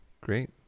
great